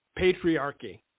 patriarchy